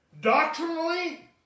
Doctrinally